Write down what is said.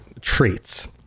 traits